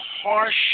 harsh